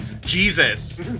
Jesus